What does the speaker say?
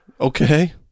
Okay